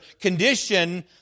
condition